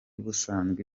busanzwe